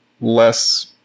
less